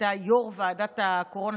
שהייתה יו"ר ועדת הקורונה.